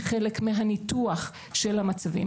כחלק מהניתוח של המצבים.